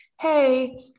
hey